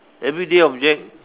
everyday object